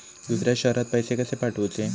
दुसऱ्या शहरात पैसे कसे पाठवूचे?